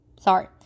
Sorry